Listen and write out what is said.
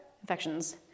Infections